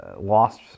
lost